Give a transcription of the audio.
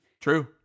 True